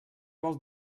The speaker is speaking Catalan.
vol